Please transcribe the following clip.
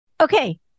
Okay